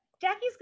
Jackie's